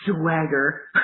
swagger